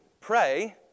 pray